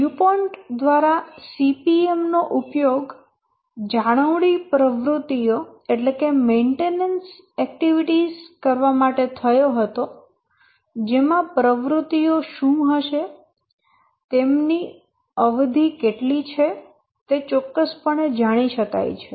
DuPont દ્વારા CPM નો ઉપયોગ જાળવણી પ્રવૃત્તિઓ કરવા માટે થયો હતો જેમાં પ્રવૃત્તિઓ શું હશે તેમની અવધિ કેટલી છે તે ચોક્કસપણે જાણી શકાય છે